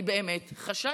אני באמת חששתי.